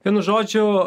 vienu žodžiu